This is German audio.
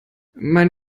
mein